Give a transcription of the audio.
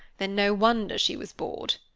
then no wonder she was bored.